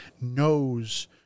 knows